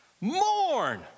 mourn